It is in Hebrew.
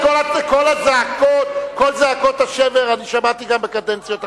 כל זעקות השבר אני שמעתי גם בקדנציות אחרות.